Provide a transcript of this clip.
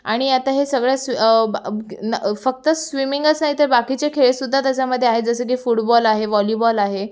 आणि आत्ता हे सगळ्या सु फक्त स्विमिंगच नाहीतर बाकीचे खेळसुद्धा त्याच्यामध्ये आहेत जसं की फुटबॉल आहे व्हॉलीबॉल आहे